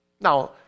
Now